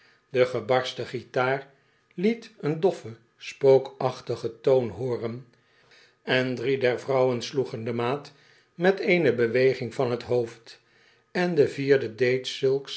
de gebarsten guitaar liet een doffen spookachtigen toon hooren en drie der vrouwen t arme handels janmaat sloegen de maat met eene beweging van t hoofd en de vierde deed zulks